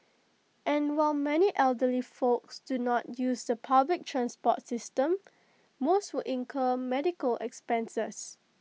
and while many elderly folks do not use the public transport system most would incur medical expenses